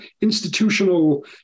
institutional